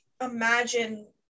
imagine